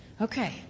Okay